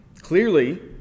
Clearly